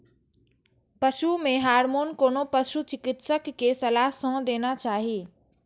पशु मे हार्मोन कोनो पशु चिकित्सक के सलाह सं देना चाही